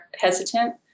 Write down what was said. hesitant